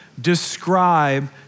describe